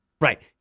Right